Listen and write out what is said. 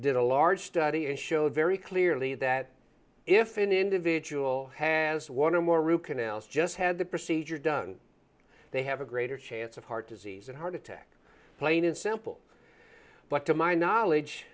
did a large study and showed very clearly that if an individual has one or more root canals just had the procedure done they have a greater chance of heart disease and heart attack plain and simple but to my knowledge